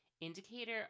indicator